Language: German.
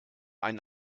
einen